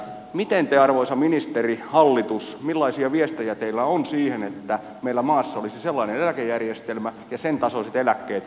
millaisia viestejä teillä arvoisa ministeri hallitus on siihen että meillä maassa olisi sellainen eläkejärjestelmä ja sen tasoiset eläkkeet että niillä pärjää